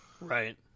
Right